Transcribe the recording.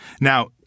Now